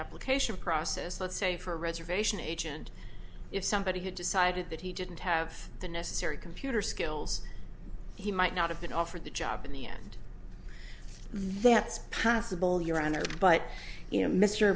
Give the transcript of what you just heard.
application process let's say for a reservation agent if somebody had decided that he didn't have the necessary computer skills he might not have been offered the job in the end that's possible your honor but you know mr